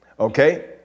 Okay